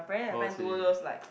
oh I see